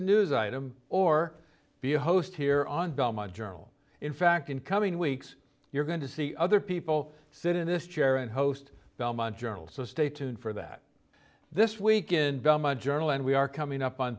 a news item or be a host here on belmont journal in fact in coming weeks you're going to see other people sit in this chair and host belmont journal so stay tuned for that this weekend velma journal and we are coming up on